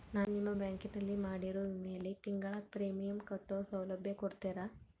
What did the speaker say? ನಾನು ನಿಮ್ಮ ಬ್ಯಾಂಕಿನಲ್ಲಿ ಮಾಡಿರೋ ವಿಮೆಯಲ್ಲಿ ತಿಂಗಳ ಪ್ರೇಮಿಯಂ ಕಟ್ಟೋ ಸೌಲಭ್ಯ ಕೊಡ್ತೇರಾ?